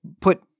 put